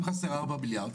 אם חסר 4 מיליארד,